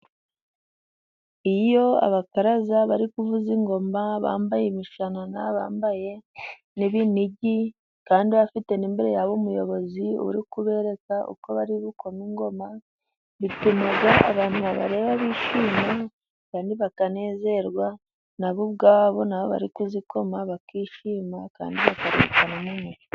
Iyo abakaraza bari kuvuza ingoma bambaye imishanana, bambaye n'ibinigi kandi bafite n'imbere yabo umuyobozi uri kubereka uko bari bukome ingoma, bituma abantu babareba bishima kandi bakanezerwa na bo ubwabo, na bo bari kuzikoma bakishima kandi....